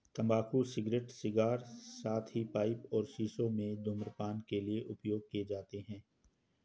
तंबाकू cigarette, cigar, साथ ही पाइप और शीशों में धूम्रपान के लिए उपयोग किए जाते हैं